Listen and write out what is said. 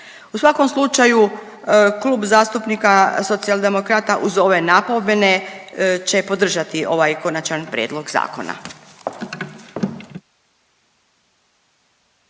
U svakom slučaju Klub zastupnika Socijaldemokrata uz ove napomene će podržati ovaj Konačan prijedlog zakona.